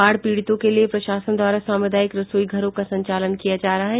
बाढ़ पीड़ितों के लिए प्रशासन द्वारा सामुदायिक रसोई घरों का संचालन किया जा रहा है